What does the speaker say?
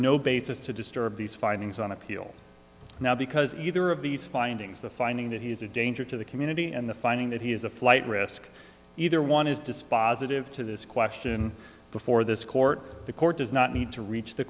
no basis to disturb these findings on appeal now because either of these findings the finding that he is a danger to the community and the finding that he is a flight risk either one is dispositive to this question before this court the court does not need to reach the